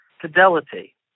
fidelity